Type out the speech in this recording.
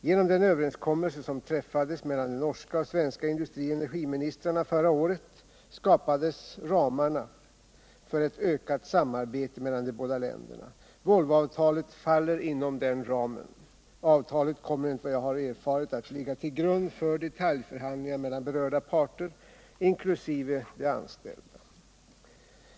Genom den överenskommelse som träffades mellan de norska och svenska industrioch energiministrarna förra året skapades ramarna för ett ökat samarbete mellan de båda länderna. Volvoavtalet faller inom den ramen. Avtalet kommer enligt vad jag har erfarit att ligga till grund för detaljförhandlingar mellan berörda parter, inklusive de anställda.